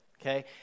okay